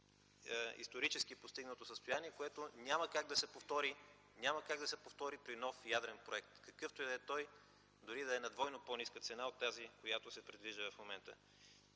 исторически постигнато състояние, което няма как да се повтори при нов ядрен проект, какъвто и да е той, дори и да е на двойно по-ниска цена от тази, която се предвижда в момента.